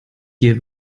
hier